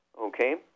Okay